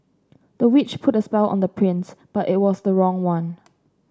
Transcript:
the witch put a spell on the prince but it was the wrong one